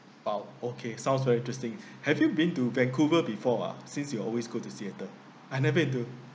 !wow! okay sounds very interesting have you been to vancouver before ah since you always go to seattle I've never been to